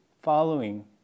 following